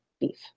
beef